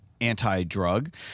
anti-drug